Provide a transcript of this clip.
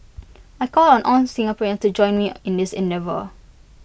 I call on all Singaporeans to join me in this endeavour